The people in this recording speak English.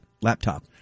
Laptop